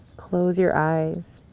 close your eyes.